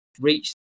reached